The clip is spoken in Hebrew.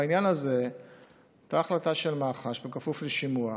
בעניין הזה הייתה החלטה של מח"ש, בכפוף לשימוע,